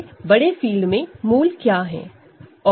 X3 2 के बड़े field में रूट क्या है